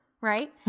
right